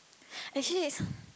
actually this one